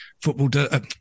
football